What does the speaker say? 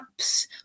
apps